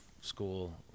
school